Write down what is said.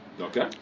Okay